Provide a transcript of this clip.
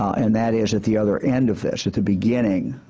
and that is at the other end of this, at the beginning.